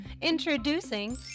Introducing